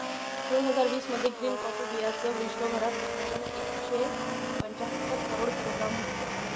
दोन हजार वीस मध्ये ग्रीन कॉफी बीयांचं विश्वभरात उत्पादन एकशे पंच्याहत्तर करोड किलोग्रॅम होतं